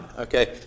Okay